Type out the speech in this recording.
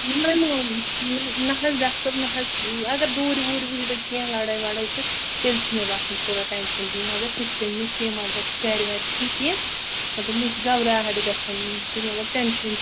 نہ نہ حظ ڈاکٹر صٲب نہ حظ اگر دوٗرِ ووٗرِ وُچھِ بہٕ کیٚنہہ لڑٲے وڑٲے تہٕ تیٚلہِ چھِ مےٚ باسان تھوڑا ٹینشَن ہیوٗ مگر تِتھ کٔنۍ نہٕ کیٚنہہ مطلب گَرِ وَرِ چھِنہٕ کیٚنہہ مطلب مےٚ چھِ گھبراہٹ گژھان مےٚ چھِ مطلب ٹینشَن